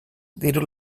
diru